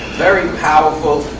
very powerful,